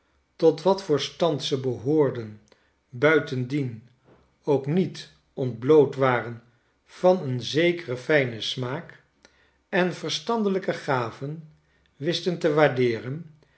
tot wat voor stand ze behoorden buitendien ook niet ontbloot waren van een zekeren fljnen smaak en verstandelijke gaven wisten te waardeeren